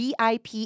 VIP